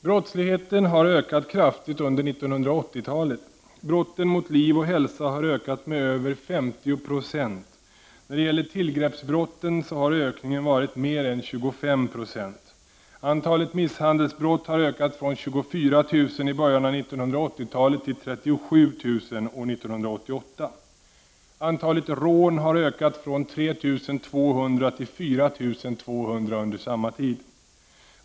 Herr talman! Brottsligheten har ökat kraftigt under 1980-talet. Brotten mot liv och hälsa har ökat med över 50 90. När det gäller tillgreppsbrotten har ökningen varit mer än 25 70. Antalet misshandelsbrott har ökat från 24 000 i början av 1980-talet till 37 000 år 1988. Antalet rån har ökat från 3200 till 4 200 under samma tid.